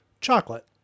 Chocolate